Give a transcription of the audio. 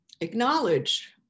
acknowledge